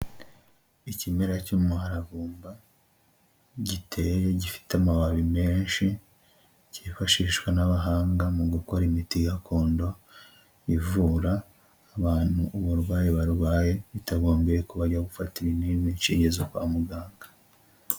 Ikimera cy'umuravumba giteye gifite amababi menshi kifashishwa n'abahanga mu gukora imiti gakondo ivura abantu uburwayi barwaye bitagombye kubajya gufata ibinini, inshinge zo kwa muganga.